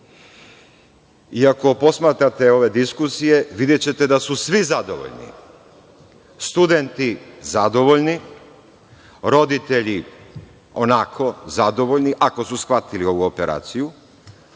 Ako posmatrate ove diskusije, videćete da su svi zadovoljni, studenti zadovoljni, roditelji onako zadovoljni, ako su shvatili ovu operaciju,